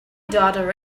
daughter